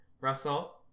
Russell